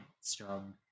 strong